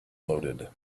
loaded